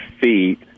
feet